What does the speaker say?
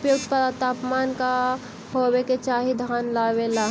उपयुक्त तापमान का होबे के चाही धान लगावे ला?